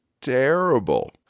terrible